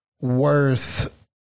worth